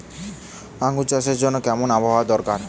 আঙ্গুর চাষের জন্য কেমন আবহাওয়া দরকার?